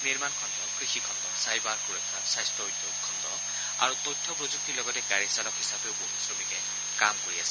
নিৰ্মাণ খণ্ড কৃষি খণ্ড চাইবাৰ সুৰক্ষা স্বাস্থ্য উদ্যোগ খণ্ড আৰু তথ্য প্ৰযুক্তিৰ লগতে গাড়ীচালক হিচাপেও বহু শ্ৰমিকে কাম কৰি আছিল